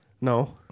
No